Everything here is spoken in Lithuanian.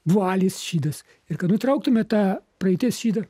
vualis šydas ir kad nutrauktume tą praeities šydą